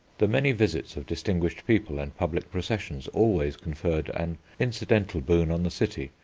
the many visits of distinguished people and public processions always conferred an incidental boon on the city,